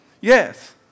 Yes